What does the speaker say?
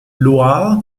loire